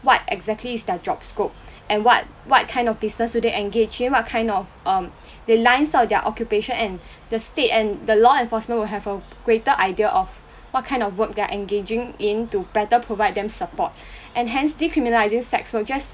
what exactly is their job scope and what what kind of business do they engage in what kind of um the lines of their occupation and the state and the law enforcement will have a greater idea of what kind of work they're engaging in to better provide them support and hence decriminalising sex will just